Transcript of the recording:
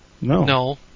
no